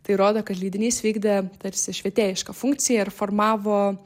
tai rodo kad leidinys vykdė tarsi švietėjišką funkciją ir formavo